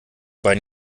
bein